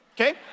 okay